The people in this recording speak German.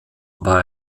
war